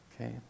Okay